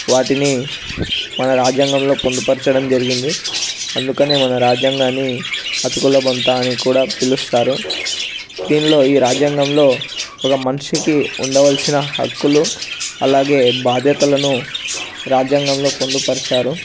వాటిని మన రాజ్యాంగంలో పొందుపరచడం జరిగింది అందుకనే మన రాజ్యాంగాన్ని అతుకుల బొంత అని కూడా పిలుస్తారు దీనిలో ఈ రాజ్యాంగంలో ఒక మనిషికి ఉండవలసిన హక్కులు అలాగే బాధ్యతలను రాజ్యాంగంలో పొందుపరిచారు